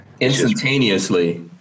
Instantaneously